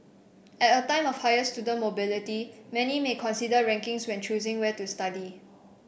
at a time of higher student mobility many may consider rankings when choosing where to study